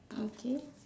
okay